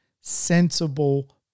sensible